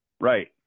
Right